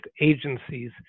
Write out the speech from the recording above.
agencies